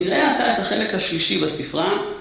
נראה עתה את החלק השלישי בספרה